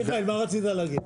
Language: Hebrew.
מיכאל, מה רצית להגיד?